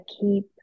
keep